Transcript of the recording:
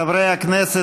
חברי הכנסת,